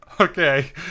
Okay